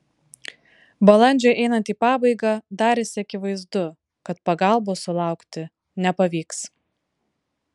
balandžiui einant į pabaigą darėsi akivaizdu kad pagalbos sulaukti nepavyks